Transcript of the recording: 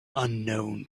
unknown